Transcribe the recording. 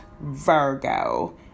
Virgo